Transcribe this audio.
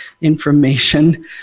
information